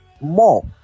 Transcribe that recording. more